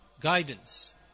guidance